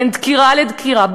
בין דקירה לדקירה,